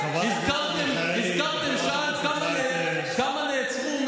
הזכרתם כמה נעצרו,